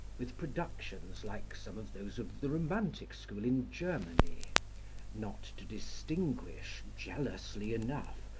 with productions like some of those of the romantic school in germany not to distinguish, jealously enough,